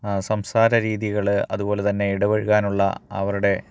സംസാര രീതികള് അതുപോലെ തന്നെ ഇടപഴകാനുള്ള അവരുടെ